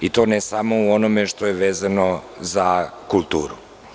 I to ne samo u onome što je vezano za kulturu.